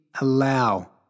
allow